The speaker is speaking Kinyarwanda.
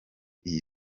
iyi